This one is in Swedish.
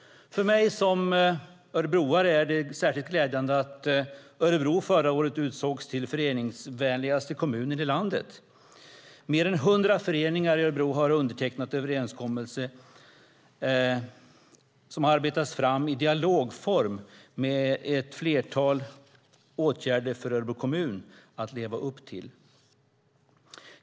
För mig som örebroare är det särskilt glädjande att Örebro förra året utsågs till den föreningsvänligaste kommunen i landet. Mer än 100 föreningar i Örebro har undertecknat en överenskommelse som har arbetats fram i dialogform med ett flertal åtaganden för Örebro kommun att leva upp till.